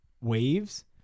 waves